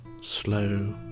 slow